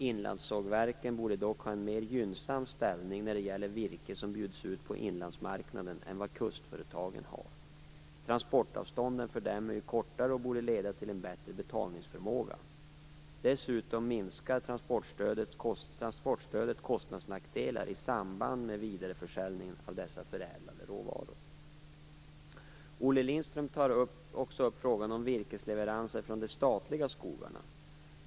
Inlandssågverken borde dock ha en mer gynnsam ställning när det gäller virke som bjuds ut på inlandsmarknaden än vad kustföretagen har. Transportavstånden för dem är ju kortare och borde leda till en bättre betalningsförmåga. Dessutom minskar transportstödets kostnadsnackdelar i samband med vidareförsäljningen av dessa förädlade råvaror. Olle Lindström tar också upp frågan om virkesleveranser från de statliga skogarna.